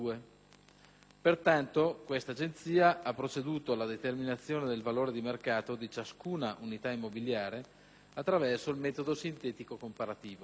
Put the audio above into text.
Pertanto, questa Agenzia ha proceduto alla determinazione del valore di mercato di ciascuna unità immobiliare attraverso il metodo sintetico-comparativo.